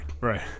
right